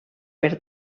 per